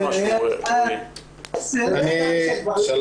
כפי שאמר